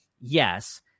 yes